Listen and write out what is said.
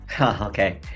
Okay